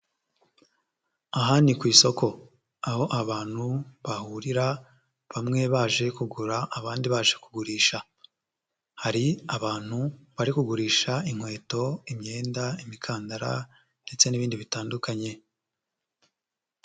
Aha ni ku isoko aho abantu bahurira bamwe baje kugura abandi baje kugurisha, hari abantu bari kugurisha inkweto, imyenda, imikandara ndetse n'ibindi bitandukanye.